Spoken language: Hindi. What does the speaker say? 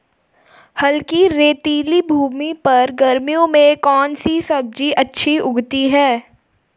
हल्की रेतीली भूमि पर गर्मियों में कौन सी सब्जी अच्छी उगती है?